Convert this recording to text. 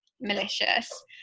malicious